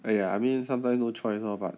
!aiya! I mean sometimes no choice lor but